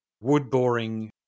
wood-boring